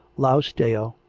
laus deo.